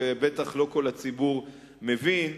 ובטח לא כל הציבור מבין,